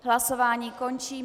Hlasování končím.